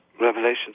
revelation